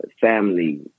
family